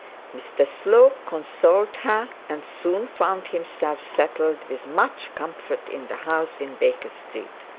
mr slope consoled her, and soon found himself settled with much comfort in the house in baker street.